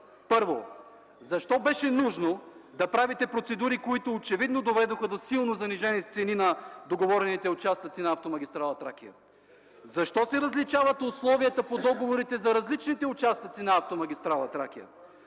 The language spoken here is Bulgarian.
Първо, защо беше нужно да правите процедури, които очевидно доведоха до силно занижени цени на договорените участъци на автомагистрала „Тракия”? Защо се различават условията по договорите за различните участъци на автомагистрала „Тракия”?